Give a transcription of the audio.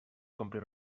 compris